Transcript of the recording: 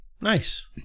Nice